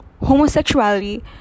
homosexuality